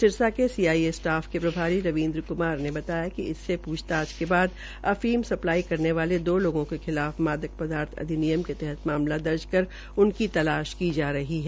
सिरसा के CIA staff के प्रभारी रविन्द्र कुमार ने बताया कि इसमे पूछताछ के बाद अफीम स्ल्पाई करने वाले दो लोगों के खिलाफ मादक पदार्थ अधिनियम के तहत मामला दर्ज कर उनकी तलाख जा रही है